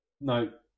no